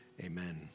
Amen